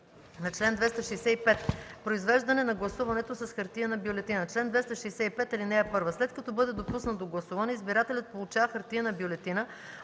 на чл. 265: „Произвеждане на гласуването с хартиена бюлетина Чл. 265. (1) След като бъде допуснат до гласуване, избирателят получава хартиена бюлетина